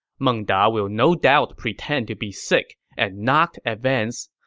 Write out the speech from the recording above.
meng da will no doubt pretend to be sick and not advance,